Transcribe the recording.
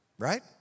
Right